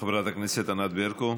חברת הכנסת ענת ברקו,